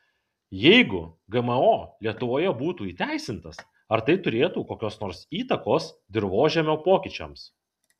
jeigu gmo lietuvoje būtų įteisintas ar tai turėtų kokios nors įtakos dirvožemio pokyčiams